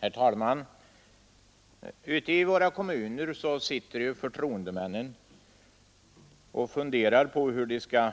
Herr talman! Ute i våra kommuner sitter förtroendemännen och funderar på hur de skall